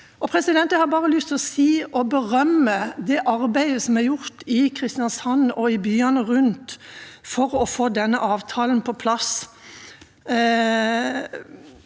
avtalen. Jeg har bare lyst til å berømme det arbeidet som er gjort i Kristiansand og i byene rundt for å få denne avtalen på plass.